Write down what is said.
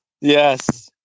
Yes